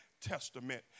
testament